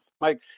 Mike